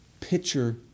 picture